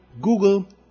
Google